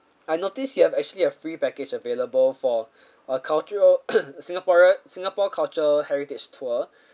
I notice you have actually a free package available for a cultural singaporean singapore culture heritage tour